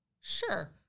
Sure